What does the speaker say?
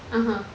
(uh huh)